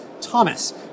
Thomas